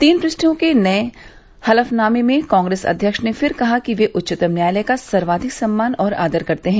तीन पृष्ठों के नये हलफनामे में कांग्रेस अव्यक्ष ने फिर कहा कि वे उच्चतम न्यायालय का सर्वाधिक सम्मान और आदर करते हैं